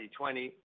2020